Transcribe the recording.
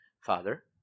Father